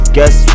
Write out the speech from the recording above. Guess